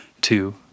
two